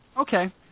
Okay